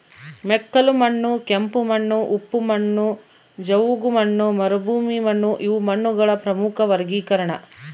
ಮೆಕ್ಕಲುಮಣ್ಣು ಕೆಂಪುಮಣ್ಣು ಉಪ್ಪು ಮಣ್ಣು ಜವುಗುಮಣ್ಣು ಮರುಭೂಮಿಮಣ್ಣುಇವು ಮಣ್ಣುಗಳ ಪ್ರಮುಖ ವರ್ಗೀಕರಣ